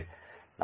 ನಾವು mylib